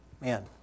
man